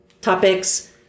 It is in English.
topics